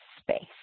space